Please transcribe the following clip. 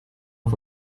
auf